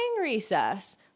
recess